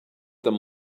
them